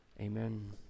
Amen